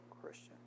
Christian